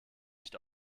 nicht